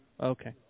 Okay